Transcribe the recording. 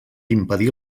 impedir